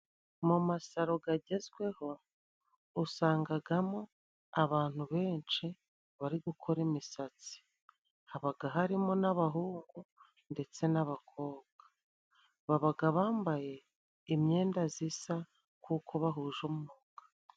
Mu masaro gagezweho usangagamo abantu benshi bari gukora imisatsi, habaga harimo n'abahungu ndetse n'abakobwa babaga bambaye imyenda zisa kuko bahuje umwuga.